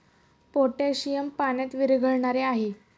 potassium पाण्यात विरघळणारे आहे